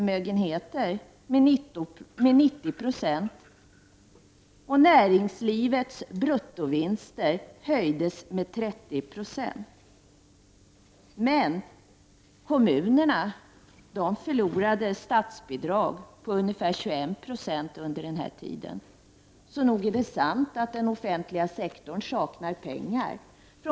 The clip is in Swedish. Men kommunerna förlorade statsbidrag på ungefär 21 70 under denna tid. Så nog är det sant att den offentliga sektorn saknar pengar.